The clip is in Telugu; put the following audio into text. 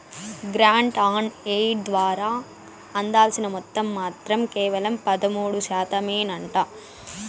గ్రాంట్ ఆన్ ఎయిడ్ ద్వారా అందాల్సిన మొత్తం మాత్రం కేవలం పదమూడు శాతమేనంట